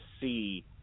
see